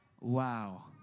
wow